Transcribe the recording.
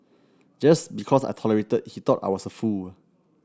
just because I tolerated he thought I was a fool